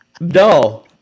No